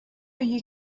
you